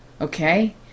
okay